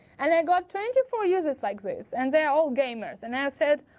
and i got twenty four users like this, and they are all gamers. and i said,